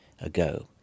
ago